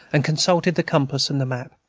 and consulted the compass and the map,